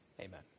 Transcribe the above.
Amen